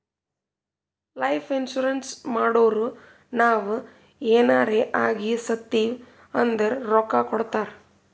life insurance ಮಾಡುರ್ ನಾವ್ ಎನಾರೇ ಆಗಿ ಸತ್ತಿವ್ ಅಂದುರ್ ರೊಕ್ಕಾ ಕೊಡ್ತಾರ್